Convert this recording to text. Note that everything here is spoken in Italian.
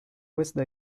west